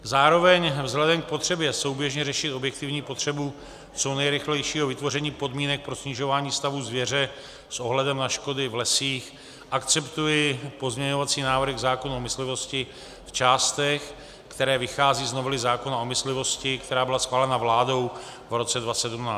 Zároveň, vzhledem k potřebě souběžně řešit objektivní potřebu co nejrychlejšího vytvoření podmínek pro snižování stavu zvěře s ohledem na škody v lesích, akceptuji pozměňovací návrhy k zákonu o myslivosti v částech, které vycházejí z novely zákona o myslivosti, která byla schválena vládou v roce 2017.